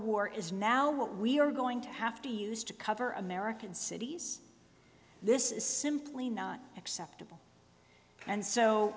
war is now what we are going to have to use to cover american cities this is simply not acceptable and so